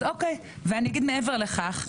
מעבר לכך,